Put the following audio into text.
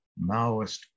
Maoist